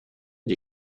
des